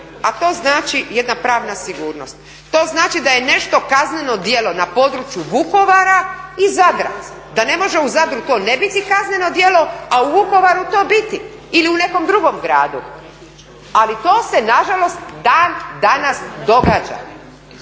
a to znači jedna pravna sigurnost. To znači da je nešto kazneno djelo na području Vukovara i Zadra, da ne može u Zadru to ne biti kazneno djelo, a u Vukovaru to biti ili u nekom drugom gradu, ali to se nažalost dan-danas događa